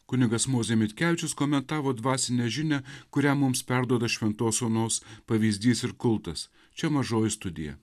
kunigas mozė mitkevičius komentavo dvasinę žinią kurią mums perduoda šventos onos pavyzdys ir kultas čia mažoji studija